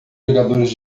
jogadores